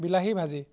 বিলাহী ভাজি